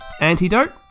Antidote